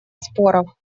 споров